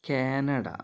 Canada